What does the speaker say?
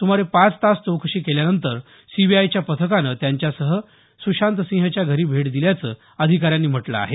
सुमारे पाच तास चौकशी केल्यानंतर सीबीआयच्या पथकानं त्यांच्यासह सुशांत सिंहच्या घरी भेट दिल्याचं अधिकाऱ्यांनी म्हटलं आहे